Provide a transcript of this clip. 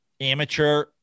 amateur